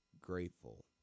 grateful